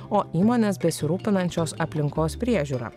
o įmonės besirūpinančios aplinkos priežiūra